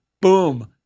boom